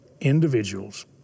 individuals